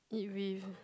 eat beef